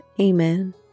Amen